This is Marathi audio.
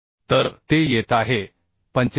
25 गुणिले 400 तर ते येत आहे 45